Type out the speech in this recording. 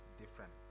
different